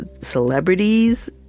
celebrities